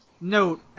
note